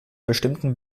bestimmten